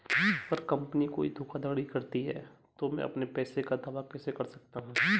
अगर कंपनी कोई धोखाधड़ी करती है तो मैं अपने पैसे का दावा कैसे कर सकता हूं?